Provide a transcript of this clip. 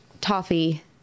toffee